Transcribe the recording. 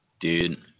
Dude